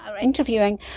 interviewing